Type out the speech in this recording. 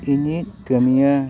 ᱤᱧᱤᱡ ᱠᱟᱹᱢᱭᱟᱹ